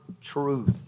truth